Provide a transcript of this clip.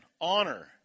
honor